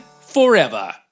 forever